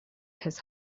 his